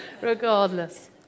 regardless